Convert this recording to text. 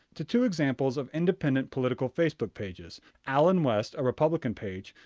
to two examples of independent political facebook pages allen west, a republican page,